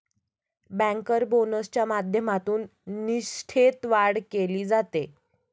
banker बोनसच्या माध्यमातून निष्ठेत वाढ केली जाते